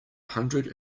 hundred